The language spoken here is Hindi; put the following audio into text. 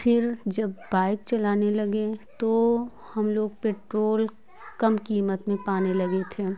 फिर जब बाइक चलाने लगे तो हम लोग पेट्रोल कम कीमत में पाने लगे थे